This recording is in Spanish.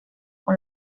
con